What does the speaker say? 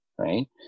Right